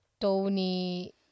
Tony